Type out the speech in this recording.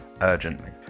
urgently